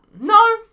No